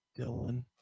Dylan